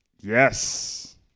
Yes